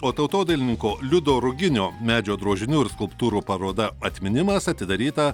o tautodailininko liudo ruginio medžio drožinių ir skulptūrų paroda atminimas atidaryta